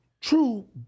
True